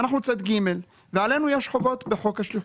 אנחנו צד ג' ועלינו יש חובות בחוק השליחות.